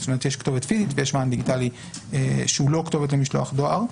זאת אומרת יש כתובת פיזית ויש מען דיגיטלי שהוא לא כתובת למשלוח דואר.